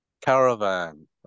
Caravan